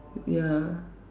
ya